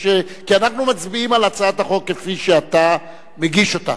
כי אנחנו מצביעים על הצעת החוק כפי שאתה מגיש אותה,